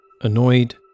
Annoyed